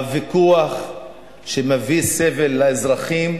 הוויכוח שמביא סבל לאזרחים,